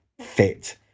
fit